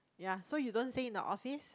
yea so you don't stay in the office